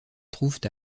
trouvent